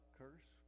curse